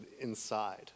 inside